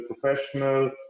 professional